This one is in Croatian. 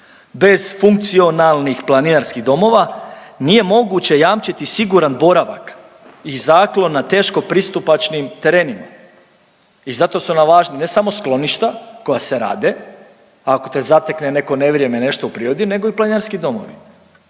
Bez funkcionalnih planinarskih domova nije moguće jamčiti siguran boravak i zaklon na teško pristupačnim terenima. I zato su nam važni ne samo skloništa koja se rade ako te zatekne neko nevrijeme, nešto u prirodi nego i planinarski domovi.